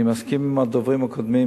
אני מסכים עם הדוברים הקודמים